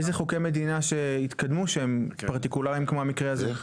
איזה חוקי מדינה שהתקדמו שהם פרטיקולריים כמו המקרה הזה?